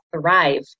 thrive